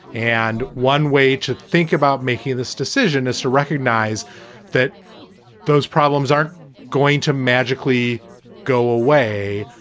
and one way to think about making this decision is to recognize that those problems aren't going to magically go away.